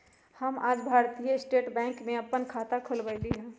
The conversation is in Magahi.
हम आज भारतीय स्टेट बैंक में अप्पन खाता खोलबईली ह